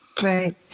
Right